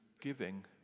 giving